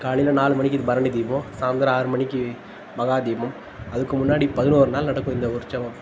காலையில் நாலு மாணிக்கு இது பரணி தீபம் சாய்ந்திரம் ஆறு மணிக்கு மகா தீபம் அதுக்கு முன்னாடி பதினொரு நாள் நடக்கும் இந்த உற்சவம்